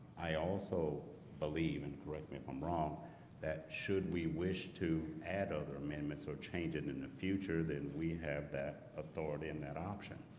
i also believe and correct me if i'm wrong that should we wish to add other amendments or change it in the future that we have that authority and that option?